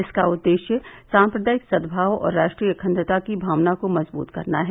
इसका उद्देश्य सांप्रदायिक सद्भाव और राष्ट्रीय अखंडता की भावना को मजबूत करना है